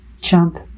jump